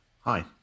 Hi